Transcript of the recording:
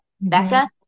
Becca